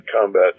combat